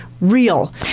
real